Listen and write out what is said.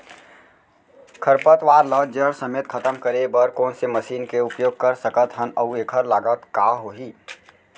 खरपतवार ला जड़ समेत खतम करे बर कोन से मशीन के उपयोग कर सकत हन अऊ एखर लागत का होही?